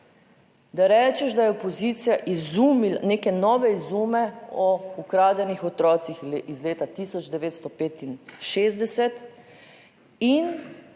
da rečeš, da je opozicija izumila neke nove izume o ukradenih otrocih iz leta 1965 in